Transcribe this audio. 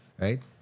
right